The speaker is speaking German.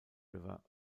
river